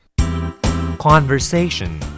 Conversation